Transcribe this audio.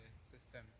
system